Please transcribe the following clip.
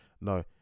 no